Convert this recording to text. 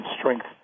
strength